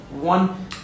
one